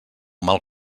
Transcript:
mal